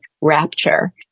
rapture